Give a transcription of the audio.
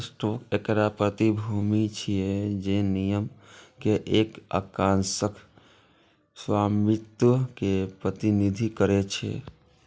stock एकटा प्रतिभूति छियै, जे निगम के एक अंशक स्वामित्व के प्रतिनिधित्व करै छै